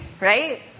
right